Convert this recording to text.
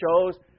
shows